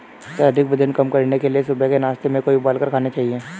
शारीरिक वजन कम करने के लिए सुबह के नाश्ते में जेई उबालकर खाने चाहिए